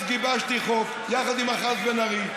אז גיבשתי חוק יחד עם אחז בן ארי,